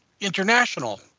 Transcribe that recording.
international